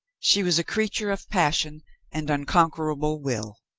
she was a creature of passion and uncon querable will.